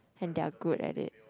and they are good at it